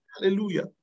Hallelujah